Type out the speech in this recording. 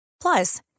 Plus